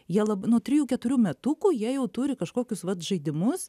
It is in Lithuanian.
jie lab nuo trijų keturių metukų jie jau turi kažkokius vat žaidimus